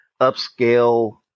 upscale